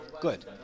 good